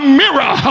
mirror